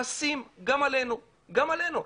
כועסים, גם עלינו, גם עלינו.